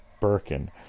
Birkin